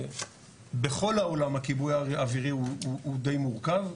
בכל העולם הכיבוי האווירי הוא די מורכב,